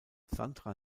sandra